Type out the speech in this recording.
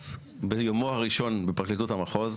גם המנהל הוא זה שקובע בסופו של דבר.